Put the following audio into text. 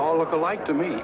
all look alike to me